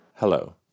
Hello